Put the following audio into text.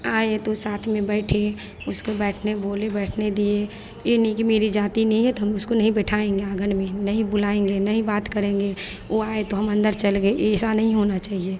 आए तो साथ में बैठे उसको बैठने बोले बैठने दिए यह नहीं कि मेरी जाति नहीं है तो हम उसको नहीं बैठाएँगे आँगन में नहीं बुलाएँगे नहीं बात करेंगे वह आए तो हम अन्दर चले गए ऐसा नहीं होना चाहिए